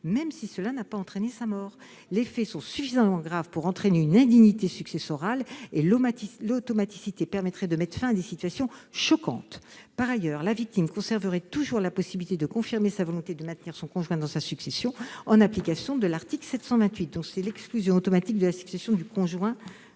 même si celles-ci n'ont pas entraîné sa mort. Les faits sont suffisamment graves pour entraîner une indignité successorale. L'automaticité permettrait de mettre fin à des situations choquantes. Par ailleurs, la victime conserverait toujours la possibilité de confirmer sa volonté de maintenir son conjoint dans sa succession, en application de l'article 728 du même code. Quel est l'avis du Gouvernement